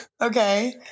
Okay